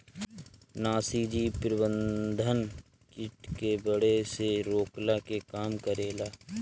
नाशीजीव प्रबंधन किट के बढ़े से रोकला के काम करेला